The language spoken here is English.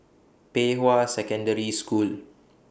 Pei Hwa Secondary School